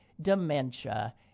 dementia